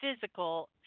physical